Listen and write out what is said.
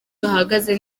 bahagaze